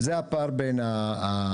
אז זה הפער בין הדברים.